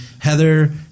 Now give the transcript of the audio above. Heather